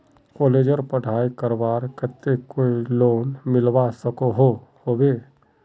कॉलेजेर पढ़ाई करवार केते कोई लोन मिलवा सकोहो होबे?